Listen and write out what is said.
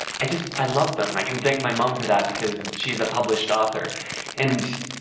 i just i love them, and i can thank my mom for that because she is a published author and,